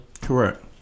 Correct